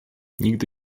nigdy